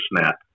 snap